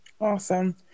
Awesome